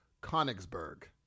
Konigsberg